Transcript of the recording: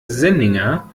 senninger